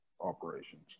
operations